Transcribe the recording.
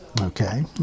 okay